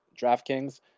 DraftKings